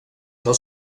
del